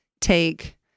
take